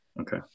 Okay